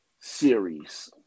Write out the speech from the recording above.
series